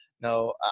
no